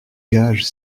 gages